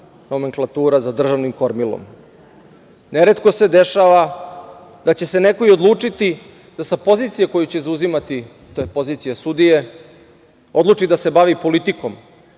nomenklatura za državnim kormilom. Neretko se dešava da će se neko i odlučiti da sa pozicije koju će zauzimati, to je pozicija sudije, odluči da se bavi politikom,